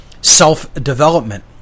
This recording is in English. self-development